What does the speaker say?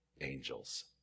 angels